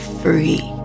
free